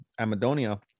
Amadonia